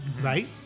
right